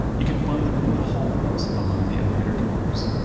you can find them in the hallways behind the elevator doors.